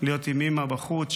להיות בחוץ עם אימא שבוכה,